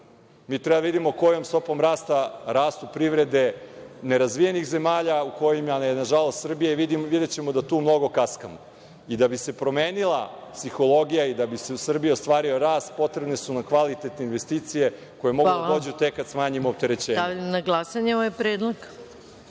Mi treba da vidimo kojom stopom rasta rastu privrede nerazvijenih zemalja u kojima je nažalost Srbija i videćemo da tu mnogo kaskamo. I da bi se promenila psihologija i da bi se u Srbiji ostvario rast, potrebne su nam kvalitetne investicije koje mogu da dođu tek kad smanjimo opterećenje. **Maja Gojković**